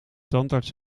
tandarts